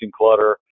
clutter